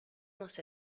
nos